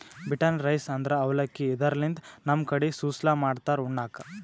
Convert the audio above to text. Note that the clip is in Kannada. ಬಿಟನ್ ರೈಸ್ ಅಂದ್ರ ಅವಲಕ್ಕಿ, ಇದರ್ಲಿನ್ದ್ ನಮ್ ಕಡಿ ಸುಸ್ಲಾ ಮಾಡ್ತಾರ್ ಉಣ್ಣಕ್ಕ್